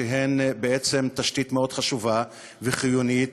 שהן בעצם תשתית מאוד חשובה וחיונית